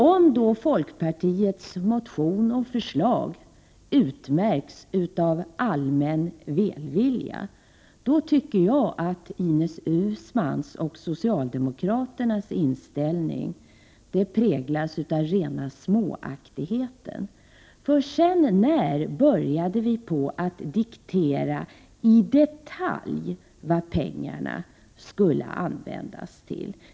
Om folkpartiets motion och förslag utmärks av allmän välvilja, tycker jag att Ines Uusmanns och socialdemokraternas inställning präglas av rena småaktigheten. För sedan när började vi diktera i detalj vad pengarna skulle användas till?